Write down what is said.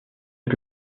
est